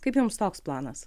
kaip jums toks planas